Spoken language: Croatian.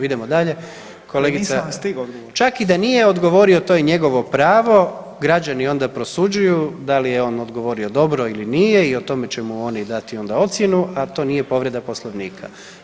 Idemo dalje, kolegica [[Upadica Beroš: Nisam vam stigao odgovoriti.]] čak i da nije odgovorio to je njegovo pravo, građani onda prosuđuju da li je on odgovorio dobro ili nije i o tome će mu oni dati onda ocjenu, a to nije povreda poslovnika.